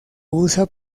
usa